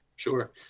Sure